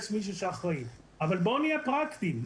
יש מישהו שאחראי אבל בואו נהיה פרקטיים.